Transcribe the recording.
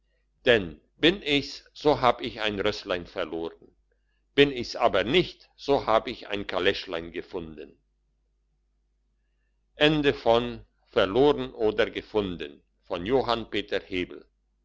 denn bin ich's so hab ich ein rösslein verloren bin ich's aber nicht so hab ich ein kaleschlein gefunden